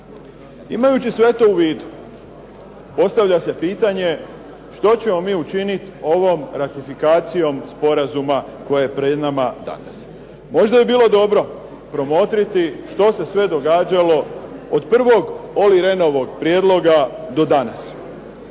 Imajući sve to u vidu, postavlja se pitanje što ćemo mi učiniti ovom ratifikacijom sporazuma koje je pred nama danas. Možda bi bilo dobro promotriti što se sve događalo od prvog Olli Rehnovog prijedloga do danas.